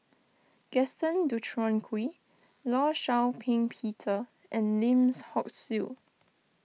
Gaston Dutronquoy Law Shau Ping Peter and Lim Hock Siew